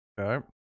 okay